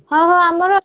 ହଉ ହଉ ଆମର